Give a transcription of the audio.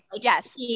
yes